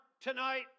tonight